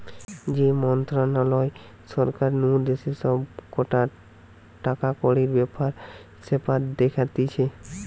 যে মন্ত্রণালয় সরকার নু দেশের সব কটা টাকাকড়ির ব্যাপার স্যাপার দেখতিছে